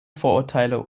vorurteile